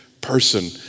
person